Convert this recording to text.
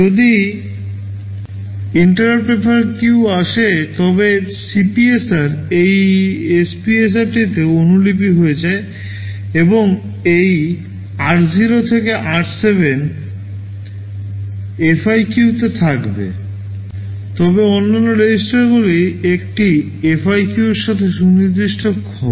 যদি interrupt FIQ আসে তবে CPSR এই SPSRটিতে অনুলিপি হয়ে যায় এবং এই r0 থেকে r7 FIQ তে থাকবে তবে অন্যান্য REGISTERগুলি একটি FIQ এর সাথে সুনির্দিষ্ট হবে